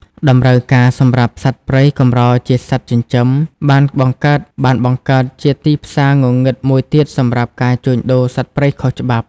តម្រូវការសម្រាប់សត្វព្រៃកម្រជាសត្វចិញ្ចឹម បានបង្កើតជាទីផ្សារងងឹតមួយទៀតសម្រាប់ ការជួញដូរសត្វព្រៃខុសច្បាប់។